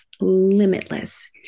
limitless